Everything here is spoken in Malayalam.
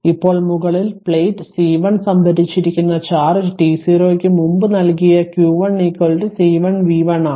ഇപ്പോൾമുകളിൽപ്ലേറ്റ് C1 സംഭരിച്ചിരിക്കുന്ന ചാർജ് t0 ക്ക്മുൻപ് നൽകിയ Q 1 C1 v1 ആണ് C1 1 മൈക്രോ ഫരദ് ആണ്